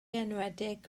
enwedig